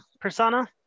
persona